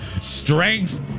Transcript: Strength